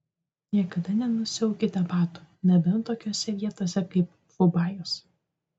niekada nenusiaukite batų nebent tokiose vietose kaip fubajus